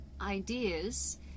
ideas